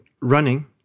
running